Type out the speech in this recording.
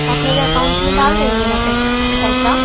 آپ میرے اکاؤنٹ میں ڈال دیں گے نا پیسہ